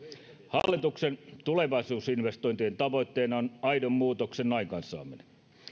hallituksen tulevaisuusinvestointien tavoitteena on aidon muutoksen aikaansaaminen